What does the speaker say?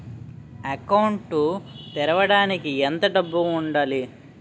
Account తెరవడానికి ఎంత డబ్బు ఉండాలి?